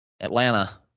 Atlanta